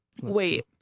wait